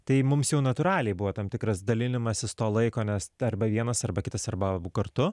tai mums jau natūraliai buvo tam tikras dalinimasis to laiko nes arba vienas arba kitas arba abu kartu